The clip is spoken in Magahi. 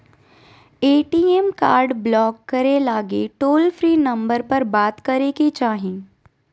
ए.टी.एम कार्ड ब्लाक करे लगी टोल फ्री नंबर पर बात करे के चाही